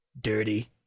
dirty